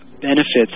benefits